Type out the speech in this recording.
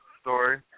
story